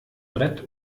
brett